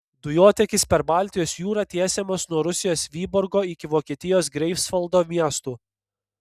dujotiekis per baltijos jūrą tiesiamas nuo rusijos vyborgo iki vokietijos greifsvaldo miestų